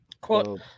Quote